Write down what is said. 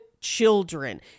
children